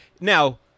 now –